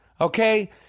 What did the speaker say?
Okay